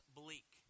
bleak